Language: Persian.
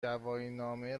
گواهینامه